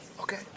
Okay